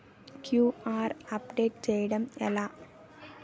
QR update చేయడం ఎలా?